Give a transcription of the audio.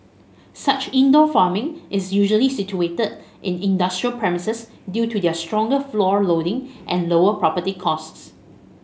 such indoor farming is usually situated in industrial premises due to their stronger floor loading and lower property costs